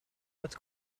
het